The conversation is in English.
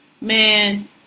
Man